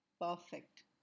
Perfect